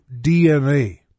DNA